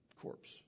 corpse